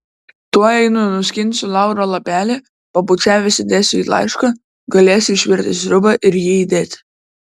tuoj einu nuskinsiu lauro lapelį pabučiavęs įdėsiu į laišką galėsi išvirti sriubą ir jį įdėti